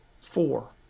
four